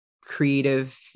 creative